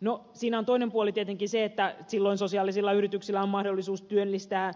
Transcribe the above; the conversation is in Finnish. no siinä on toinen puoli tietenkin se että silloin sosiaalisilla yrityksillä on mahdollisuus työllistää